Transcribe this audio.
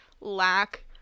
lack